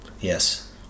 Yes